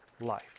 life